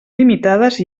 limitades